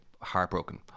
heartbroken